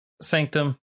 sanctum